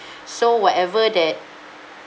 so whatever that